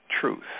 truth